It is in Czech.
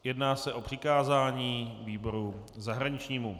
Jedná se o přikázání výboru zahraničnímu.